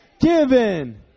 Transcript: Given